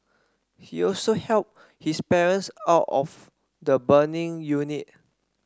he also helped his parents out of the burning unit